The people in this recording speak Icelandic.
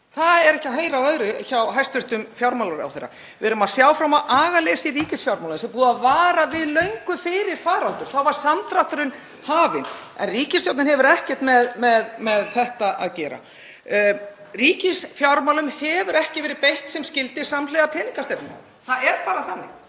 Það er ekki annað að heyra hjá hæstv. fjármálaráðherra. Við erum að sjá fram á agaleysi í ríkisfjármálum sem er búið að vara við frá því löngu fyrir faraldur. Þá var samdrátturinn hafinn. En ríkisstjórnin hefur ekkert með þetta að gera. Ríkisfjármálum hefur ekki verið beitt sem skyldi samhliða peningastefnu. Það er bara þannig.